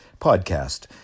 podcast